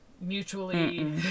mutually